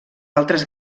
altres